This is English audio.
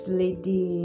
lady